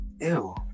Ew